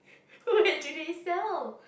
where do they sell